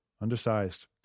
Undersized